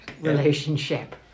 relationship